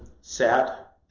sat